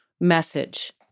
message